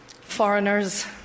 foreigners